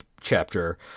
chapter